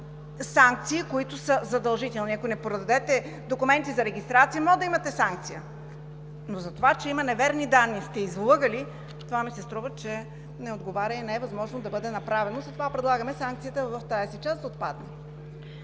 наистина, които са задължителни – ако не подадете документи за регистрация, може да имате санкция. Но за това, че има неверни данни и сте излъгали, това ми се струва, че не отговаря и не е възможно да бъде направено. Затова предлагаме санкцията в тази си част да отпадне.